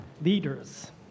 Leaders